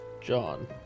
John